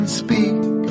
speak